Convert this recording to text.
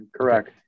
Correct